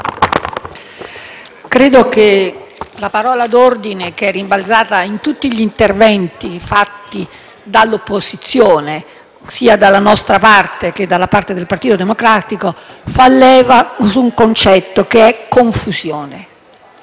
credo che la parola d'ordine che è rimbalzata in tutti gli interventi fatti dall'opposizione, sia da parte nostra che da parte del Partito Democratico, fa leva sul concetto di confusione.